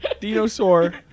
Dinosaur